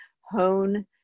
hone